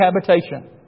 habitation